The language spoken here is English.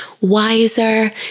wiser